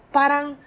parang